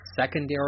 secondary